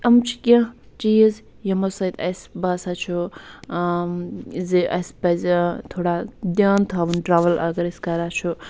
یِم چھِ کیٚنٛہہ چیٖز یمو سۭتۍ اَسہِ باسان چھُ زِ اَسہِ پَزِ تھوڑا دھیان تھاوُن ٹرٛاوُل اگر أسۍ کَران چھُ